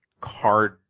card